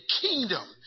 kingdom